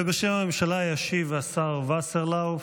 בשם הממשלה ישיב השר וסרלאוף,